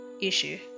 issue